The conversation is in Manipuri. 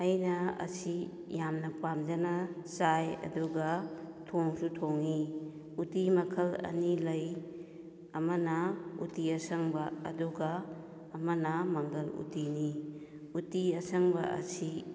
ꯑꯩꯅ ꯑꯁꯤ ꯌꯥꯝꯅ ꯄꯥꯝꯖꯅ ꯆꯥꯏ ꯑꯗꯨꯒ ꯊꯣꯡꯁꯨ ꯊꯣꯡꯉꯤ ꯎꯇꯤ ꯃꯈꯜ ꯑꯅꯤ ꯂꯩ ꯑꯃꯅ ꯎꯇꯤ ꯑꯁꯪꯕ ꯑꯗꯨꯒ ꯑꯃꯅ ꯃꯪꯒꯜ ꯎꯇꯤꯅꯤ ꯎꯇꯤ ꯑꯁꯪꯕ ꯑꯁꯤ